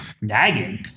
Nagging